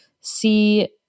see